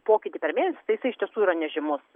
pokytį per mėnesį tai jisai iš tiesų yra nežymus